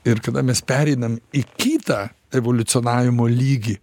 ir kada mes pereinam į kitą evoliucionavimo lygį